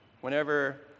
Whenever